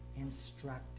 instructed